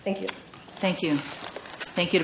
thank you thank you thank you